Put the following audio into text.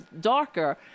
darker